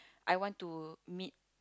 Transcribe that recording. I want to meet